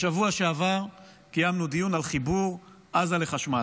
בשבוע שעבר קיימנו דיון על חיבור עזה לחשמל,